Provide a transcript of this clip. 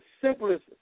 simplest